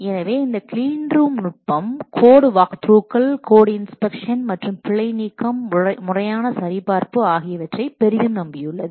எனவே இந்த clean room நுட்பம் கோட் வாக்த்ரூகள் கோடு இன்ஸ்பெக்ஷன் மற்றும் பிழை நீக்கம் முறையான சரிபார்ப்பு ஆகியவற்றை பெரிதும் நம்பியுள்ளது